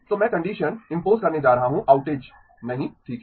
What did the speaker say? तो मैं condition impose करने जा रहा हूँ आउटेज नहीं ठीक है